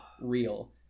real